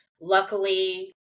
luckily